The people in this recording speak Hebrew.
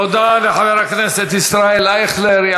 תודה לחבר הכנסת ישראל אייכלר.